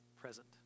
present